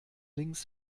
links